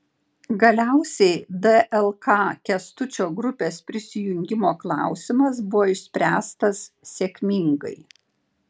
galiausiai dlk kęstučio grupės prisijungimo klausimas buvo išspręstas sėkmingai